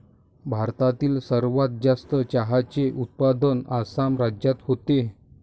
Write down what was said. भारतातील सर्वात जास्त चहाचे उत्पादन आसाम राज्यात होते